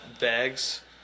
bags